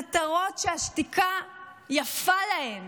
מטרות שהשתיקה יפה להן,